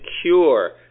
secure